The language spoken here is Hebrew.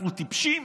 אנחנו טיפשים?